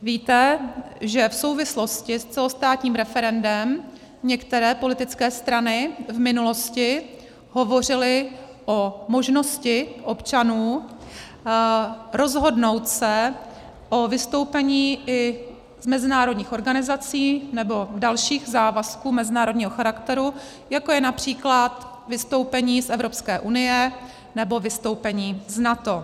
Víte, že v souvislosti s celostátním referendem některé politické strany v minulosti hovořily o možnosti občanů rozhodnout se o vystoupení i z mezinárodních organizací nebo dalších závazků mezinárodního charakteru, jako je například vystoupení z Evropské unie nebo vystoupení z NATO.